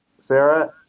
Sarah